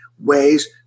ways